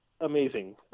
amazing